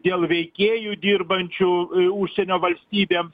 dėl veikėjų dirbančių užsienio valstybėms